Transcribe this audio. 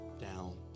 down